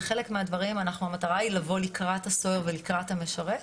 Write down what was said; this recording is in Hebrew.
בחלק מהדברים המטרה היא לבוא לקראת הסוהר ולקראת המשרת,